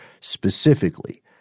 specifically